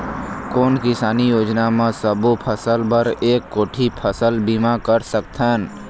कोन किसानी योजना म सबों फ़सल बर एक कोठी फ़सल बीमा कर सकथन?